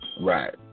Right